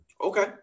Okay